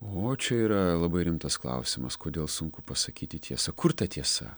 o čia yra labai rimtas klausimas kodėl sunku pasakyti tiesą kur ta tiesa